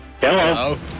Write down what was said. Hello